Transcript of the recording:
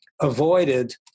avoided